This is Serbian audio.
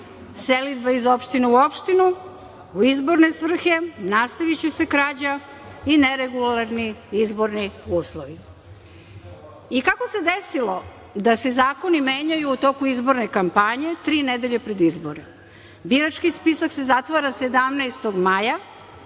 selidba iz opštine u opštinu u izborne svrhe, nastaviće se krađa i neregularni izborni uslovi. Kako se desilo da se zakoni menjaju u toku izborne kampanje, tri nedelje pred izbore? Birački spisak se zatvara 17. maja